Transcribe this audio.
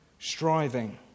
striving